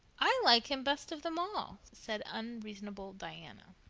i like him best of them all, said unreasonable diana.